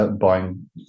buying